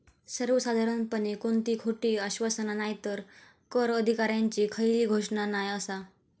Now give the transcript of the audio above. सर्वसाधारणपणे कोणती खोटी आश्वासना नायतर कर अधिकाऱ्यांची खयली घोषणा नाय आसा